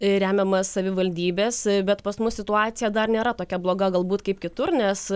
remiamas savivaldybės bet pas mus situacija dar nėra tokia bloga galbūt kaip kitur nes